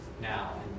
now